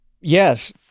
Yes